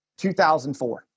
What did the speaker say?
2004